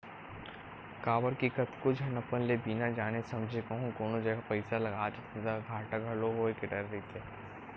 काबर के कतको झन अपन ले बिना जाने समझे कहूँ कोनो जगा पइसा लगा देथे ता घाटा घलो होय के डर रहिथे